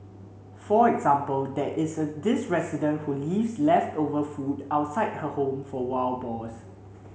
for example there is this resident who leaves leftover food outside her home for wild boars